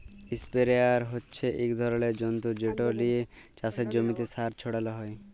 ইসপেরেয়ার হচ্যে এক ধরলের যন্তর যেট লিয়ে চাসের জমিতে সার ছড়ালো হয়